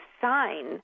sign